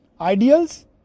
ideals